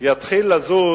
יתחיל לזוז